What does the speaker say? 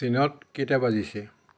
টিনত কেইটা বাজিছে